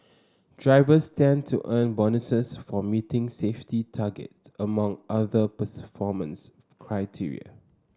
drivers stand to earn bonuses for meeting safety targets among other criteria